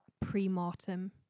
pre-mortem